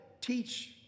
teach